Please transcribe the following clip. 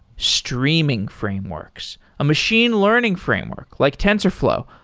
streaming frameworks, a machine learning framework like tensorflow,